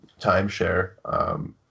timeshare